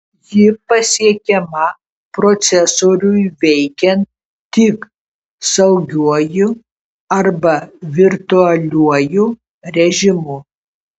ji pasiekiama procesoriui veikiant tik saugiuoju arba virtualiuoju režimu